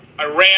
iran